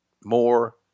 more